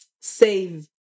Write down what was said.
save